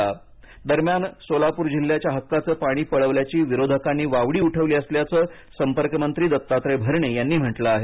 भरणे खुलासा सोलापुर दरम्यान सोलापूर जिल्ह्याच्या हक्काचं पाणी पळविल्याची विरोधकांनी वावडी उठविली असल्याचं संपर्कमंत्री दत्तात्रय भरणे यांनी म्हटलं आहे